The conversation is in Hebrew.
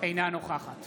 אינה נוכחת